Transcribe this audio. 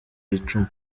yicuma